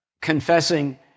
confessing